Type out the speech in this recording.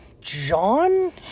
John